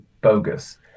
bogus